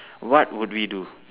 what would we do